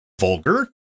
vulgar